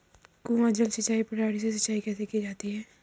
कुआँ जल सिंचाई प्रणाली से सिंचाई कैसे की जाती है?